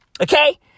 Okay